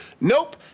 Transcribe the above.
Nope